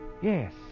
Yes